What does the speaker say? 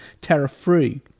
tariff-free